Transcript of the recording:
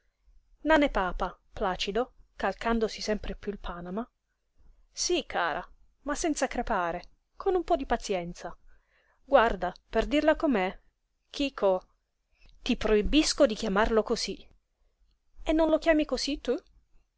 schifo nane papa placido calcandosi sempre piú il panama sí cara ma senza crepare con un po di pazienza guarda per dirla com'è chico ti proibisco di chiamarlo cosí e non lo chiami cosí